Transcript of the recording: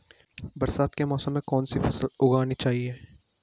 बरसात के मौसम में कौन सी फसल उगानी चाहिए?